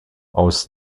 aus